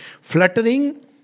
fluttering